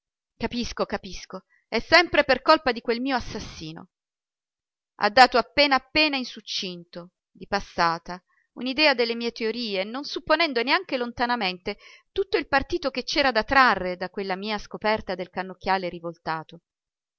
capisco capisco è sempre per colpa di quel mio assassino ha dato appena appena e in succinto di passata un'idea delle mie teorie non supponendo neppure lontanamente tutto il partito che c'era da trarre da quella mia scoperta del cannocchiale rivoltato